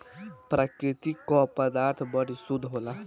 प्रकृति क पदार्थ बड़ी शुद्ध होला